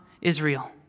Israel